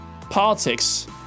politics